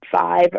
five